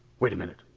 wait a minute.